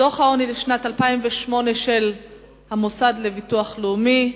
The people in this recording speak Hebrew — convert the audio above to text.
דוח העוני לשנת 2008 של המוסד לביטוח לאומי,